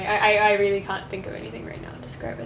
I I I really can't think of anything right now describe a